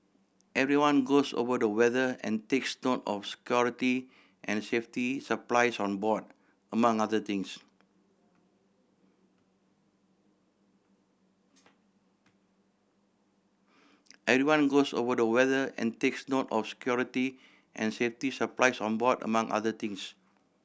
everyone goes over the weather and takes note of security and safety supplies on board among other things everyone goes over the weather and takes note of security and safety supplies on board among other things